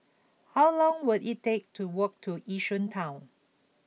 how long will it take to walk to Yishun Town